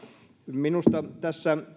minusta